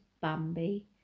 bambi